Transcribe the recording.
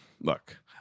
look